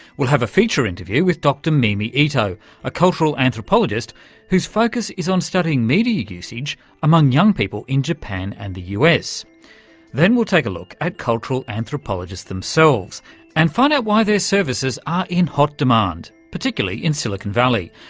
we'll have a feature interview with dr mimi ito, a cultural anthropologist whose focus is on studying media usage among young people in japan and the us. we'll then take a look at cultural anthropologists themselves and find out why their services are in hot demand, particularly in silicon valley.